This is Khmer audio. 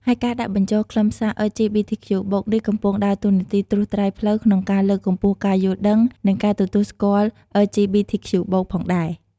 ហើយការដាក់បញ្ចូលខ្លឹមសារ អិល ជី ប៊ី ធី ខ្ជូ បូក (LGBTQ+)នេះកំពុងដើរតួនាទីត្រួសត្រាយផ្លូវក្នុងការលើកកម្ពស់ការយល់ដឹង និងការទទួលស្គាល់ អិល ជី ប៊ី ធី ខ្ជូ បូក (LGBTQ+)ផងដែរ។